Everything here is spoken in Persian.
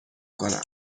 کنم